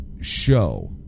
show